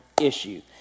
issue